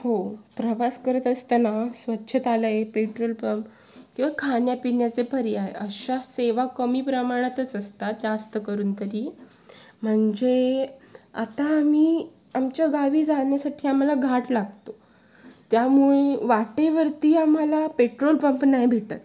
हो प्रवास करत असताना स्वच्छतालये पेट्रोल पंप किंवा खाण्यापिण्याचे पर्याय अशा सेवा कमी प्रमाणातच असतात जास्त करून तरी म्हणाजे आता आम्ही आमच्या गावी जाण्यासाठी आम्हाला घाट लागतो त्यामुळे वाटेवरती आम्हाला पेट्रोल पंप नाही भेटत